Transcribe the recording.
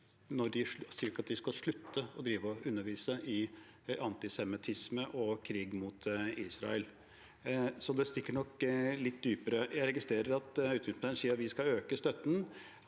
sier jo ikke at de skal slutte med å undervise i antisemittisme og krig mot Israel. Det stikker nok litt dypere. Jeg registrerer at utenriksministeren sier at vi skal øke støtten.